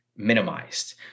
minimized